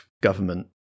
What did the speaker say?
government